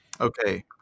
Okay